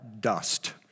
Dust